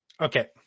okay